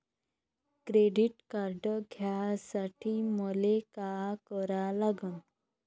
Credit card घ्यासाठी मले का करा लागन?